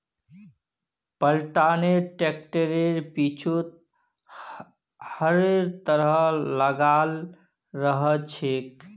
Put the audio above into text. planter ट्रैक्टरेर पीछु हलेर तरह लगाल रह छेक